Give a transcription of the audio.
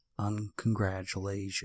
uncongratulations